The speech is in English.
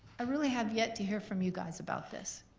i really have yet to hear from you guys about this.